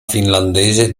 finlandese